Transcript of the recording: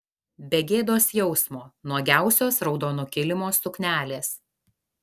be gėdos jausmo nuogiausios raudono kilimo suknelės